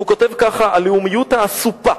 הוא כותב כך: "הלאומיות האסופה,